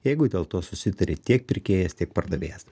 jeigu dėl to susitarė tiek pirkėjas tiek pardavėjas